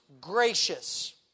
gracious